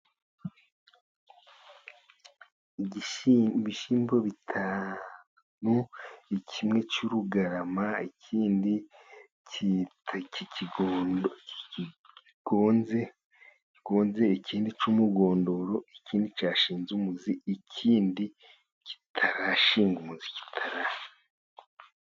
Ibishyimbo bitanu kimwe cy'urugarama, ikindi kigonze, ikindi cy'umugondoro, ikindi cyashinze umuzi, ikindi kitarashinga umuzi...